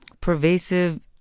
pervasive